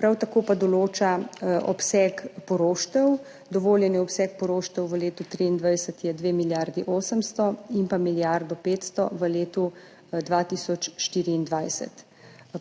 Prav tako pa določa obseg poroštev. Dovoljeni obseg poroštev v letu 2023 je 2 milijardi 800 in milijardo 500 v letu 2024.